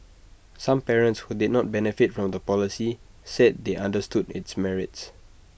some parents who did not benefit from the policy said they understood its merits